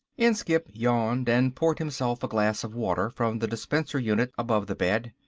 inskipp yawned and poured himself a glass of water from the dispenser unit above the bed.